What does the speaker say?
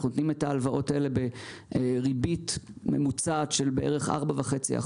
אנחנו נותנים את ההלוואות האלה בריבית ממוצעת של בערך 4.5%,